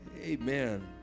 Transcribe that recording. Amen